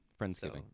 Friendsgiving